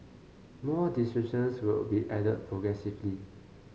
more descriptions will be added progressively